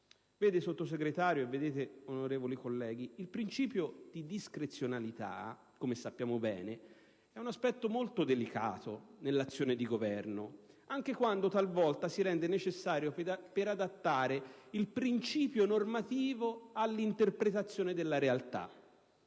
Vede, Sottosegretario, e vedete, onorevoli colleghi, il principio di discrezionalità, come sappiamo bene, è un aspetto molto delicato, nell'azione di governo, anche quando talvolta si rende necessario per adattare il principio normativo all'interpretazione della realtà;